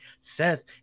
Seth